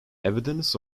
evidence